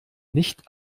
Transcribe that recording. nicht